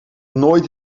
nooit